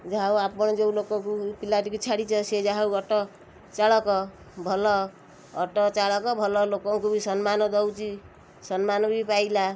ଯାହା ହଉ ଆପଣ ଯେଉଁ ଲୋକକୁ ପିଲାଟିକୁ ଛାଡ଼ିଛ ସିଏ ଯାହା ହଉ ଅଟୋ ଚାଳକ ଭଲ ଅଟୋ ଚାଳକ ଭଲ ଲୋକଙ୍କୁ ବି ସମ୍ମାନ ଦଉଛି ସମ୍ମାନ ବି ପାଇଲା